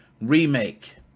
remake